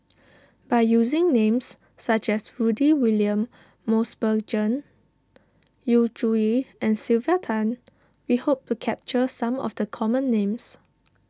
by using names such as Rudy William Mosbergen Yu Zhuye and Sylvia Tan we hope to capture some of the common names